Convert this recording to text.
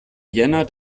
jänner